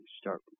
start